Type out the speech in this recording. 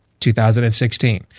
2016